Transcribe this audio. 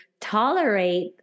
tolerate